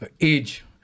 age